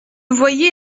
voyez